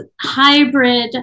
hybrid